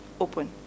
open